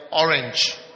orange